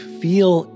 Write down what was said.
feel